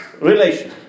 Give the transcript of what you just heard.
relation